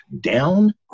down